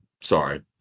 sorry